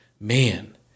man